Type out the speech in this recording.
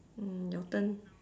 mm your turn